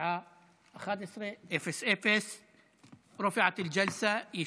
בשעה 11:00. רופעת אל-ג'לסה,